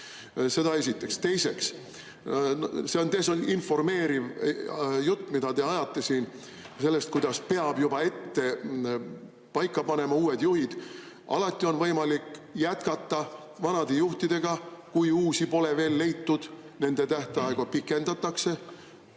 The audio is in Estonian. Seda esiteks. Teiseks. See on desinformeeriv jutt, mida te ajate siin sellest, kuidas peab juba ette paika panema uued juhid. Alati on võimalik jätkata vanade juhtidega, kui uusi pole veel leitud, nende tähtaega pikendatakse